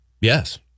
Yes